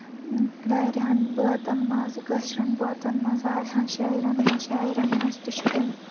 واریاہ بٲتَن منٛز کٲشرؠن بٲتَن منٛز واریاہن شٲعرؠن منٛز شٲعرؠن منٛز تہِ چھُ تٔمۍ